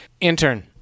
Intern